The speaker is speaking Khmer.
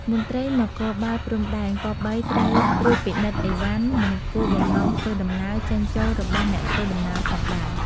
មន្ត្រីនគរបាលព្រំដែនគប្បីត្រូវត្រួតពិនិត្យឥវ៉ាន់ និងគោលបំណងធ្វើដំណើរ ចេញចួលរបស់អ្នកដំណើរផងដែរ៕